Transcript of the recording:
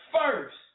first